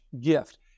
gift